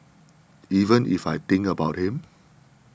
even if I think about him